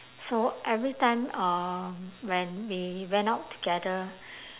so every time um when we went out together